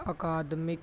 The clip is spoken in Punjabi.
ਅਕਾਦਮਿਕ